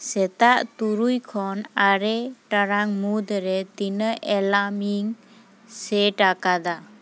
ᱥᱮᱛᱟᱜ ᱛᱩᱨᱩᱭ ᱠᱷᱚᱱ ᱟᱨᱮ ᱴᱟᱲᱟᱝ ᱢᱩᱫᱽᱨᱮ ᱛᱤᱱᱟᱹᱜ ᱮᱞᱟᱢᱤᱧ ᱥᱮᱴᱟᱠᱟᱫᱟ